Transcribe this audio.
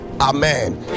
Amen